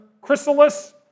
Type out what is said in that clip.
chrysalis